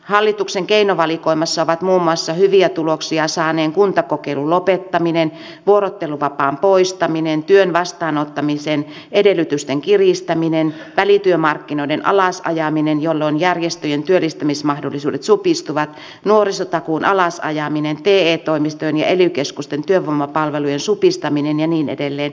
hallituksen keinovalikoimassa ovat muun muassa hyviä tuloksia saaneen kuntakokeilun lopettaminen vuorotteluvapaan poistaminen työn vastaanottamisen edellytysten kiristäminen välityömarkkinoiden alasajaminen jolloin järjestöjen työllistämismahdollisuudet supistuvat nuorisotakuun alasajaminen te toimistojen ja ely keskusten työvoimapalvelujen supistaminen ja niin edelleen